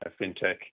fintech